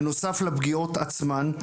בנוסף לפגיעות עצמן,